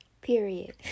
period